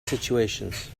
situations